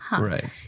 Right